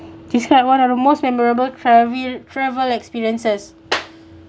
describe one of the most memorable travel travel experiences